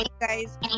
guys